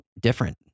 different